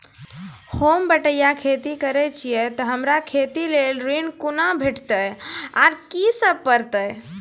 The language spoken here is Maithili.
होम बटैया खेती करै छियै तऽ हमरा खेती लेल ऋण कुना भेंटते, आर कि सब करें परतै?